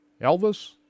Elvis